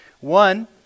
One